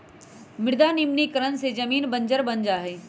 मृदा निम्नीकरण से जमीन बंजर बन जा हई